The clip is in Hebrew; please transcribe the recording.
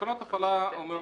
עוד